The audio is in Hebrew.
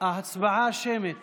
שמית